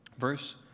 Verse